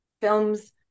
films